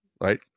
right